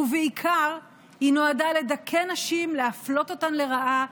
והיא בעיקר נועדה לדכא נשים, להפלות אותן לרעה,